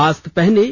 mask पहनें